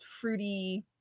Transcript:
fruity